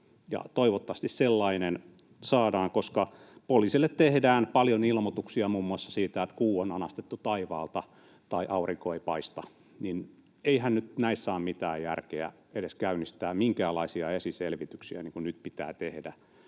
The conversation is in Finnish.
Toivottavasti sellainen saadaan, koska poliisille tehdään paljon ilmoituksia muun muassa siitä, että kuu on anastettu taivaalta tai aurinko ei paista. Eihän nyt näissä ole mitään järkeä edes käynnistää minkäänlaisia esiselvityksiä, niin kuin nyt pitää tehdä,